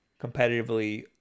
competitively